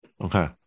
Okay